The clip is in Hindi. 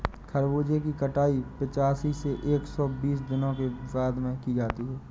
खरबूजे की कटाई पिचासी से एक सो बीस दिनों के बाद की जाती है